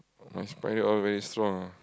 my spider all very strong ah